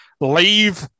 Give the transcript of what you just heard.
Leave